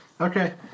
Okay